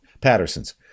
Patterson's